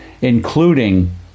including